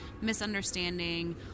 misunderstanding